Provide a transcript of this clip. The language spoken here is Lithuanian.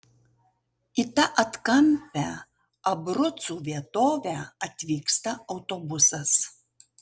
į tą atkampią abrucų vietovę atvyksta autobusas